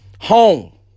home